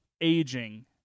aging